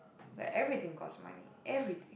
like everything costs money everything